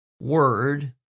word